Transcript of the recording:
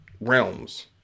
realms